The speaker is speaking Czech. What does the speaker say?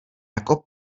jako